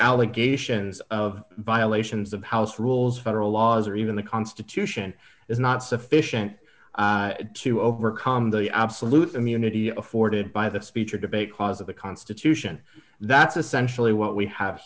allegations of violations of house rules federal laws or even the constitution is not sufficient to overcome the absolute immunity afforded by the speech or debate clause of the constitution that's essentially what we have